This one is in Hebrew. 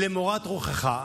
למורת רוחך.